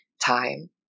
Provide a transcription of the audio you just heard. time